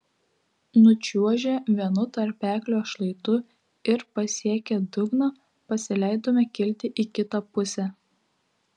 nučiuožę vienu tarpeklio šlaitu ir pasiekę dugną pasileidome kilti į kitą pusę